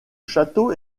château